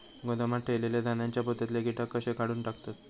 गोदामात ठेयलेल्या धान्यांच्या पोत्यातले कीटक कशे काढून टाकतत?